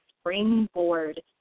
springboard